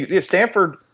Stanford